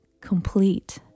complete